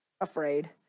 afraid